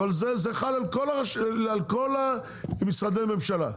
אבל, זה חל על כל משרדי הממשלה.